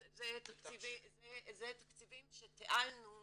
אלה תקציבים שתיעלנו